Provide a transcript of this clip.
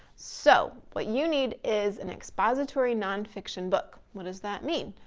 so, what you need is an expository non-fiction book. what does that mean?